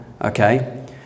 okay